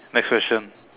next question